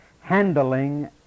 handling